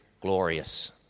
glorious